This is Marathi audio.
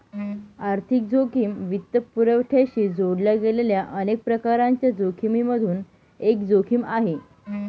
आर्थिक जोखिम वित्तपुरवठ्याशी जोडल्या गेलेल्या अनेक प्रकारांच्या जोखिमिमधून एक जोखिम आहे